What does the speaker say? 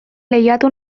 lehiatu